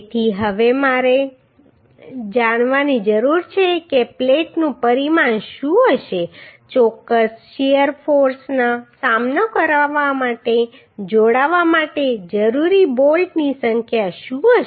તેથી હવે મારે જાણવાની જરૂર છે કે પ્લેટનું પરિમાણ શું હશે ચોક્કસ શીયર ફોર્સનો સામનો કરવા માટે જોડાવા માટે જરૂરી બોલ્ટની સંખ્યા શું હશે